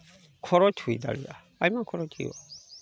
ᱠᱷᱚᱨᱚᱪ ᱦᱩᱭ ᱫᱟᱲᱮᱭᱟᱜᱼᱟ ᱟᱭᱢᱟ ᱠᱷᱚᱨᱚᱪ ᱦᱩᱭᱩᱜᱼᱟ